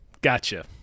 Gotcha